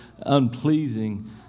unpleasing